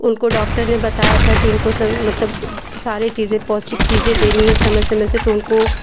उनको डॉक्टर ने बताया था कि इनको मतलब सारी चीज़ें पौष्टिक चीज़ें देनी है समय समय से तो उनको